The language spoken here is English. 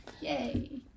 Yay